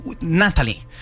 Natalie